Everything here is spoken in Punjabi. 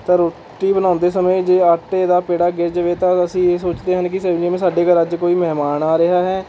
ਤਾਂ ਰੋਟੀ ਬਣਾਉਂਦੇ ਸਮੇਂ ਜੇ ਆਟੇ ਦਾ ਪੇੜਾ ਗਿਰ ਜਾਵੇ ਤਾਂ ਅਸੀਂ ਇਹ ਸੋਚਦੇ ਹਨ ਕਿ ਸ ਜਿਵੇਂ ਸਾਡੇ ਘਰ ਅੱਜ ਕੋਈ ਮਹਿਮਾਨ ਆ ਰਿਹਾ ਹੈ